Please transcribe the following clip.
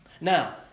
Now